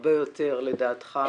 הרבה יותר לדעתך.